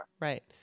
Right